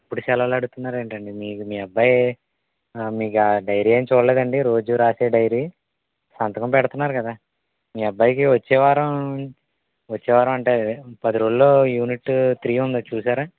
ఇప్పుడు సెలవులడుగుతున్నారేంటండి మీకు మీ అబ్బాయి మీకా డైరీ ఏం చూడలేదండి రోజు రాసే డైరీ సంతకం పెడతన్నారు కదా మీ అబ్బాయికి వచ్చేవారం వచ్చేవారం అంటే అదే పది రోజుల్లో యూనిటు త్రీ ఉంది చూసారా